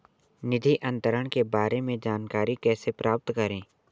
निधि अंतरण के बारे में जानकारी कैसे प्राप्त करें?